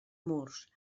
murs